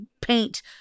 paint